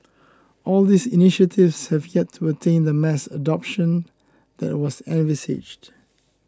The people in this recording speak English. all these initiatives have yet to attain the mass adoption that was envisaged